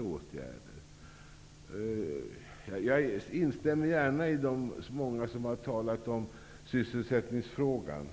åtgärder snabbt. Jag instämmer gärna med dem som har talat om sysselsättningsfrågan.